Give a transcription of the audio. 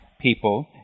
people